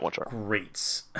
great